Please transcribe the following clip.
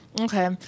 okay